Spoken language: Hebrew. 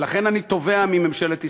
ולכן אני תובע מממשלת ישראל,